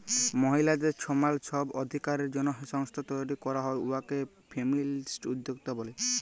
মহিলাদের ছমাল ছব অধিকারের জ্যনহে সংস্থা তৈরি ক্যরা হ্যয় উয়াকে ফেমিলিস্ট উদ্যক্তা ব্যলি